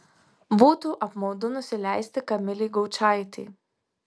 būtų apmaudu nusileisti kamilei gaučaitei